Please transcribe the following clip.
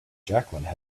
jacqueline